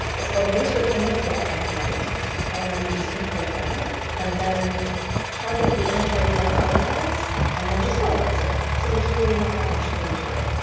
it's called nativescript image black and white and you just import that and then target the image that you want to colorize and then just colorized it. so it's really not that much code to write,